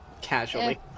Casually